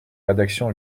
rédaction